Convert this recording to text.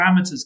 parameters